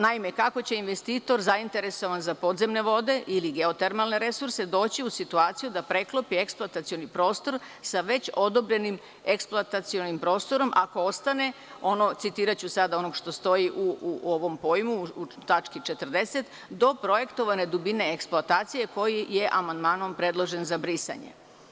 Naime, kako će investitor zainteresovan za podzemne vode ili geotermalne resurse doći u situaciju da preklopi eksploatacioni prostor sa već odobrenim eksploatacionim prostor ako ostane ono, citiraću sada ono što stoji u ovom pojmu, u tački 40. do projektovane dubine eksploatacije koji je amandmanom predložen za brisanje.